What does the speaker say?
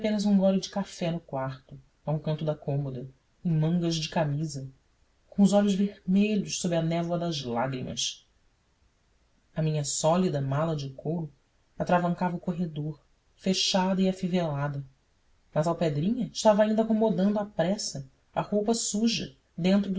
apenas um gole de café no quarto a um canto da cômoda em mangas de camisa com os olhos vermelhos sob a névoa das lágrimas a minha sólida mala de couro atravancava o corredor fechada e afivelada mas alpedrinha estava ainda acomodando à pressa a roupa suja dentro